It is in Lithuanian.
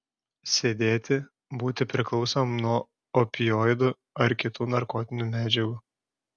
sėdėti būti priklausomam nuo opioidų ar kitų narkotinių medžiagų